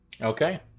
Okay